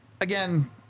again